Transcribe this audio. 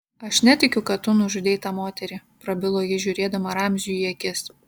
aš netikiu kad tu nužudei tą moterį prabilo ji žiūrėdama ramziui į akis